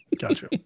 Gotcha